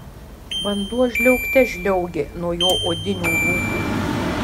vanduo žliaugte žliaugė nuo jo odinių rūbų